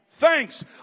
Thanks